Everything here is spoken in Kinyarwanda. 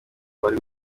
abari